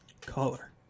Color